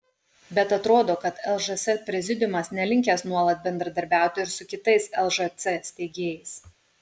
bet atrodo kad lžs prezidiumas nelinkęs nuolat bendradarbiauti ir su kitais lžc steigėjais